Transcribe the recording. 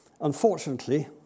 Unfortunately